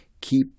keep